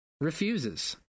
refuses